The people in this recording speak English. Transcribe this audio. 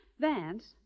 Vance